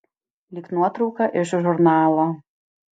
lyg nuotrauka iš žurnalo